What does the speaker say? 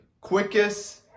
quickest